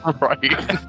right